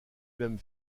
même